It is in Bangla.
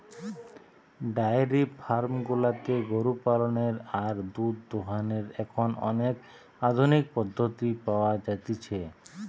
ডায়েরি ফার্ম গুলাতে গরু পালনের আর দুধ দোহানোর এখন অনেক আধুনিক পদ্ধতি পাওয়া যতিছে